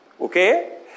Okay